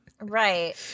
right